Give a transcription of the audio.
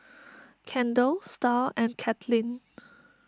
Kendal Star and Katlynn